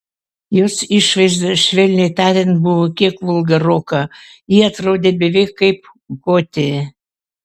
jos išvaizda švelniai tariant buvo kiek vulgaroka ji atrodė beveik kaip gotė